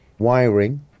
Wiring